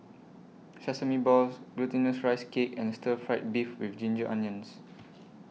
Sesame Balls Glutinous Rice Cake and Stir Fried Beef with Ginger Onions